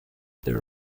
their